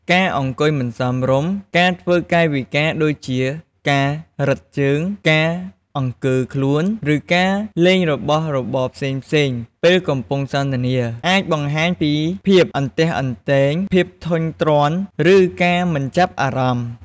ការអង្គុយមិនសមរម្យ ការធ្វើកាយវិការដូចជាការរឹតជើង ការរង្គើខ្លួន ឬការលេងរបស់របរផ្សេងៗពេលកំពុងសន្ទនា អាចបង្ហាញពីភាពអន្ទះអន្ទែង ភាពធុញទ្រាន់ ឬការមិនចាប់អារម្មណ៍។